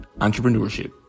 Entrepreneurship